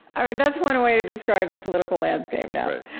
ah and that's one way to describe the political landscape now.